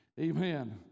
Amen